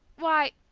why,